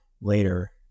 later